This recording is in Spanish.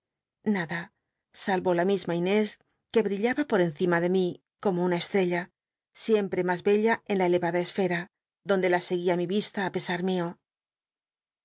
nada sal'o la misma inés que brillaba por encima de mi como una estrella siempre mas bella en la elevada esfera donde la seguía mi vista í pesar mio